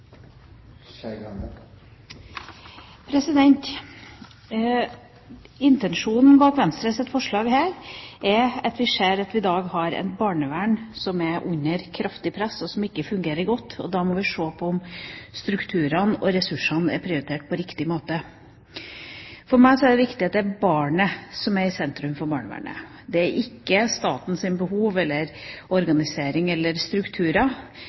om. Intensjonen bak Venstres forslag er at vi ser at vi i dag har et barnevern som er under kraftig press, og som ikke fungerer godt, og da må vi se på om strukturene og ressursene er prioritert på riktig måte. For meg er det viktig at det er barnet som er i sentrum for barnevernet – at det ikke er statens behov eller organisering eller